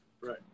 Right